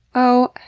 oh,